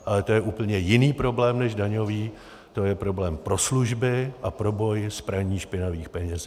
Ale to je úplně jiný problém než daňový, to je problém pro služby a pro boj s praním špinavých peněz.